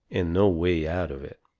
and no way out of it.